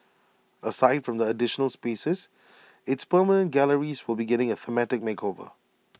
aside from the additional spaces its permanent galleries will be getting A thematic makeover